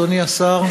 אדוני השר,